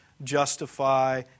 justify